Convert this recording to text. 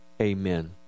Amen